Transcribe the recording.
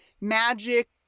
magic